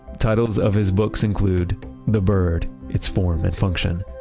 titles of his books include the bird it's form and function,